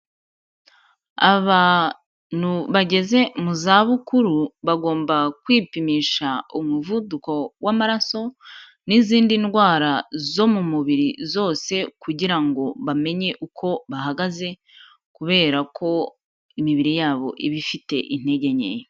Abantu bageze mu zabukuru bagomba kwipimisha umuvuduko w'amaraso n'izindi ndwara zo mu mubiri zose kugira ngo bamenye uko bahagaze, kubera ko imibiri yabo iba ifite intege nke.